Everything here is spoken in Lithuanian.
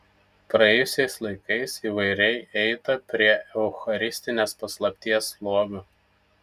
praėjusiais laikais įvairiai eita prie eucharistinės paslapties lobių